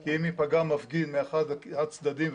כי אם ייפגע מפגין מאחד הצדדים,